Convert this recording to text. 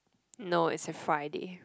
no it's a Friday